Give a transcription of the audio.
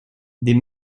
des